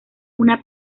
una